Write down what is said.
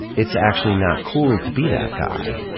it's actually not cool to be that guy.